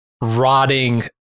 rotting